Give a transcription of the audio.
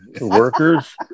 Workers